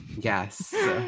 Yes